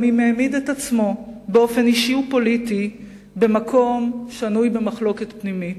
גם אם העמיד את עצמו באופן אישי ופוליטי במקום שנוי במחלוקת פנימית.